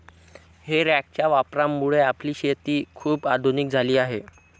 हे रॅकच्या वापरामुळे आपली शेती खूप आधुनिक झाली आहे